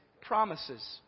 promises